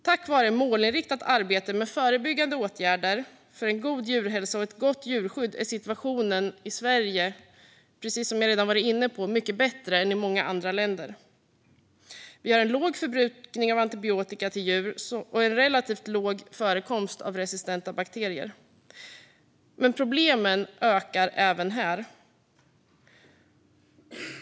Tack vare målinriktat arbete med förebyggande åtgärder för en god djurhälsa och ett gott djurskydd är situationen i Sverige, precis som jag redan har varit inne på, mycket bättre än i många andra länder. Vi har en låg förbrukning av antibiotika till djur och en relativt låg förekomst av resistenta bakterier. Men problemen ökar även här.